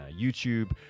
YouTube